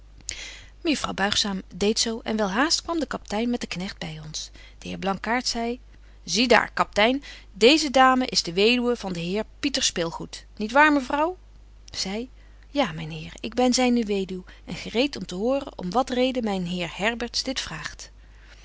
mejuffrouw buigzaam deedt zo en welhaast kwam de kapitein met den knegt by ons de heer blankaart zei zie daar kaptein deeze dame is de weduwe van den heer pieter spilgoed niet waar mevrouw zy ja myn heer ik ben zyne weduw en gereet om te horen om wat reden myn heer herberts dit vraagt